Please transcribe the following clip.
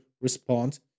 respond